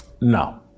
No